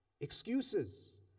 Excuses